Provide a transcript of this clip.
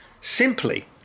Simply